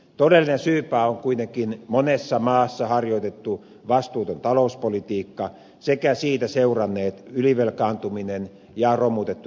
todellisia syypäitä ovat kuitenkin monessa maassa harjoitettu vastuuton talouspolitiikka sekä siitä seuranneet ylivelkaantuminen ja romutettu kilpailukyky